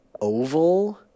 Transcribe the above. oval